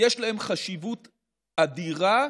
יש להם חשיבות אדירה,